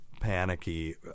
panicky